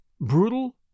brutal